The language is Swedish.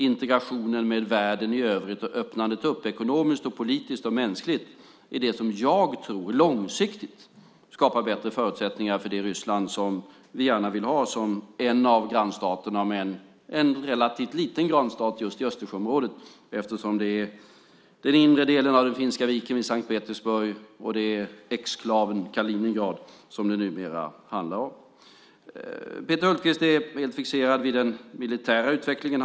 Integrationen där med världen i övrigt och öppnandet ekonomiskt, politiskt och mänskligt är det som jag tror långsiktigt skapar bättre förutsättningar för det Ryssland som vi gärna vill ha som en av grannstaterna men en relativt liten grannstat just i Östersjöområdet eftersom det är den inre delen av Finska viken vid Sankt Petersburg och exklaven Kaliningrad som det numera handlar om. Peter Hultqvist är helt fixerad vid den militära utvecklingen.